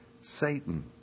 Satan